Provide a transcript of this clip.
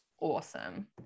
awesome